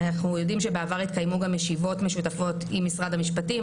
אנחנו יודעים שבעבר התקיימו גם ישיבות משותפות עם משרד המשפטים,